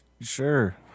Sure